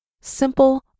simple